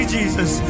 Jesus